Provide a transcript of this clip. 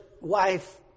wife